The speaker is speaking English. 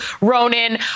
Ronan